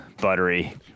buttery